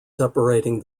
separating